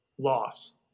Loss